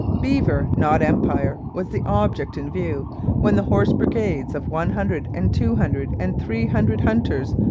beaver, not empire, was the object in view when the horse brigades of one hundred and two hundred and three hundred hunters,